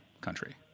country